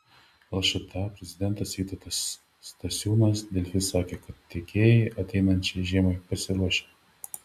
lšta prezidentas vytautas stasiūnas delfi sakė kad tiekėjai artėjančiai žiemai pasiruošę